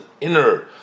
inner